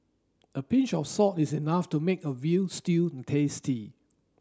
a pinch of salt is enough to make a veal stew and tasty